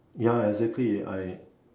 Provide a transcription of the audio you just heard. ya exactly I